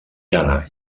llana